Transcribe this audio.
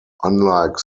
unlike